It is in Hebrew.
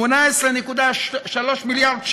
18.3 מיליארד שקל.